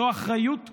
זו אחריות קולקטיבית,